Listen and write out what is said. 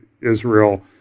Israel